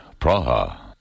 Praha